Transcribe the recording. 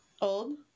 Old